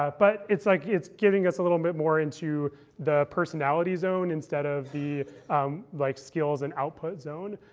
but it's like it's getting us a little bit more into the personality zone, instead of the like skills and output zone.